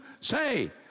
say